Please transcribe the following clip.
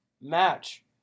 match